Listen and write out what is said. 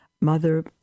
Mother